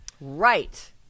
Right